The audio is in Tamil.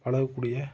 பழகக்கூடிய